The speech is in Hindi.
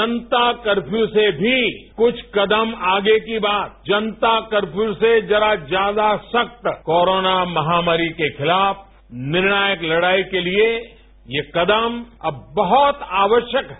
जनता कर्फ्यू से भी कुछ कदम आगे की बात जनता कर्फ्यू से कुछ ज्यादा सख्त कोरोना महामारी के खिलाफ निर्णायक लड़ाई के लिए अब बहुत आवश्यक है